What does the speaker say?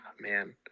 Man